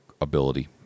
ability